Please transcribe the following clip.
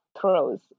throws